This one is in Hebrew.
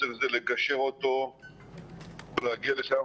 להגיע לשם.